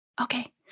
Okay